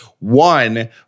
One